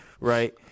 right